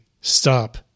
stop